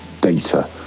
data